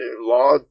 law